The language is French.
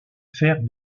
faire